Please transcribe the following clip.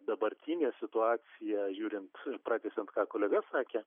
dabartinė situacija žiūrint ir pratęsiant ką kolega sakė